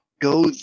Go